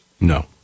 No